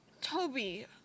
Toby